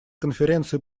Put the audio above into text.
конференции